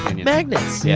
magnets. yeah